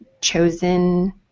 chosen